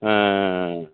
ஆ ஆ ஆ